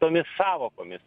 tomis sąvokomis